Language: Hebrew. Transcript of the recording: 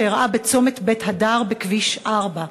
שאירעה בצומת בית-הדר בכביש 4,